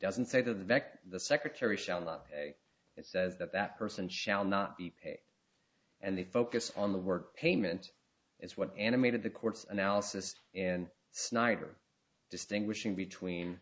doesn't say the vector the secretary shall not it says that that person shall not be paid and the focus on the work payment is what animated the court's analysis and snyder distinguishing between